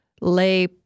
lay